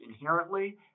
inherently